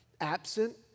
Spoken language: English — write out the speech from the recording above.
absent